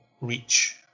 reach